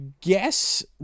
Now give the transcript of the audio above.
guess